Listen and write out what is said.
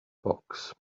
box